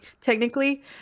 technically